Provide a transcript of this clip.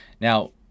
Now